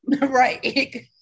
Right